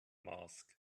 mass